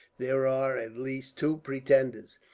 there are at least two pretenders,